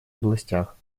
областях